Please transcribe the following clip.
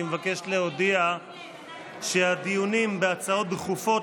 אני מבקש להודיע שהדיונים בהצעות הדחופות